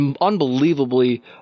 unbelievably